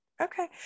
Okay